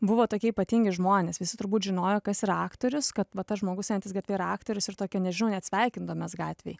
buvo tokie ypatingi žmonės visi turbūt žinojo kas yra aktorius kad va tas žmogus einantis gatve ir aktorius ir tokia nežinau net sveikindavomės gatvėj